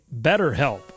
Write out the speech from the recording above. BetterHelp